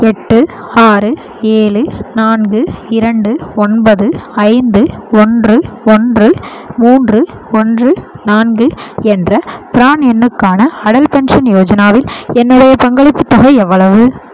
எட்டு ஆறு ஏழு நான்கு இரண்டு ஒன்பது ஐந்து ஒன்று ஒன்று மூன்று ஒன்று நான்கு என்ற ப்ரான் எண்ணுக்கான அடல் பென்ஷன் யோஜனாவில் என்னோடைய பங்களிப்புத் தொகை எவ்வளவு